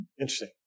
interesting